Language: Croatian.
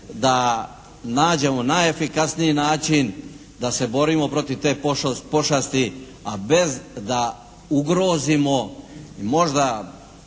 da nađemo najefikasniji način da se borimo protiv te pošasti a bez da ugrozimo možda